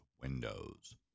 Windows